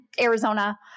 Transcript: Arizona